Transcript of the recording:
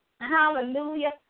Hallelujah